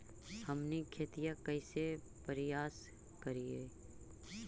हमनी खेतीया कइसे परियास करियय?